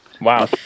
wow